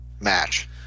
match